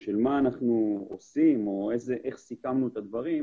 של מה שאנחנו עושים ואיך סיכמנו את הדברים,